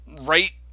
right